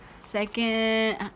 Second